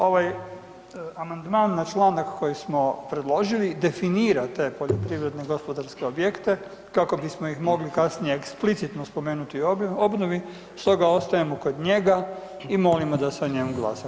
Ovaj amandman na članak koji smo predložili definira te poljoprivredne gospodarske objekte kako bismo ih mogli kasnije eksplicitno spomenuti u obnovi stoga ostajemo kod njega i molimo da se o njemu glasa.